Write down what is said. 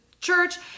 church